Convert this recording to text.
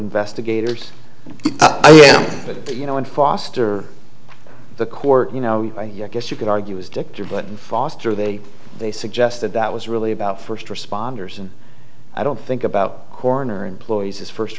investigators that you know in foster the court you know i guess you could argue was dichter but foster they they suggested that was really about first responders and i don't think about coroner employees as first